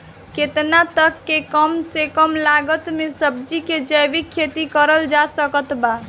केतना तक के कम से कम लागत मे सब्जी के जैविक खेती करल जा सकत बा?